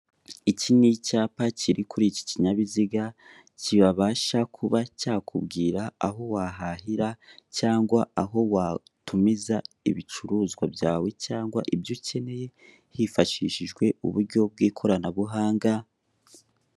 Iki ni icyapa kiri kuri iki kinyabiziga kibasha kuba cyakubwira aho wahahira cyangwa aho watumiza ibicuruzwa byawe cyangwa ibyo ukeneye hifashishijwe uburyo bw'ikoranabuhanga.